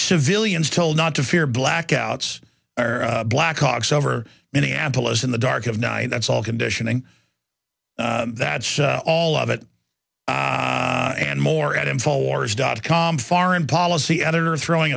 civilians told not to fear blackouts or blackhawks over minneapolis in the dark of night that's all conditioning that all of it and more at him for wars dot com foreign policy editor throwing